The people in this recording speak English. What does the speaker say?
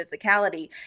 physicality